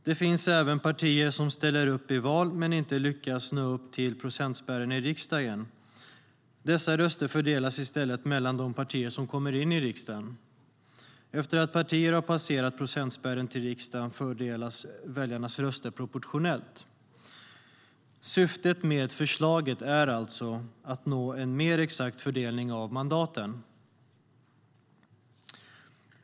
Det finns även partier som ställer upp i val men inte lyckas nå upp till procentspärren till riksdagen. Dessa röster fördelas i stället mellan de partier som kommer in i riksdagen. Efter att partier har passerat procentspärren till riksdagen fördelas väljarnas röster proportionellt. Syftet med förslaget är alltså att nå en mer exakt fördelning av mandaten.